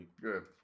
Good